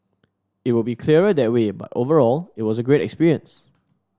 it will be clearer that way but overall it was a great experience